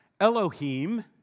Elohim